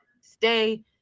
stay